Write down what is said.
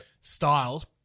styles